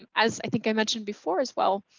um as i think i mentioned before as well.